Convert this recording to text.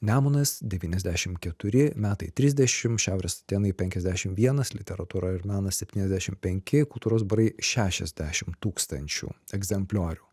nemunas devyniasdešim keturi metai trisdešim šiaurės atėnai penkiasdešim vienas literatūra ir menas septyniasdešim penki kultūros barai šešiasdešim tūkstančių egzempliorių